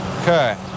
Okay